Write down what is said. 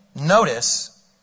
notice